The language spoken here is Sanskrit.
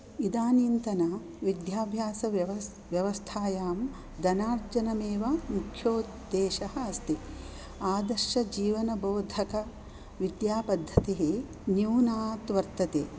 इदानींतन विद्याभ्यास व्यवस् व्यवस्थायां धनार्जनमेव मुख्योद्देश्यः अस्ति आदर्शजीवनबोधकविद्यापद्धतिः न्यूनात् वर्तते